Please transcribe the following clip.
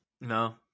No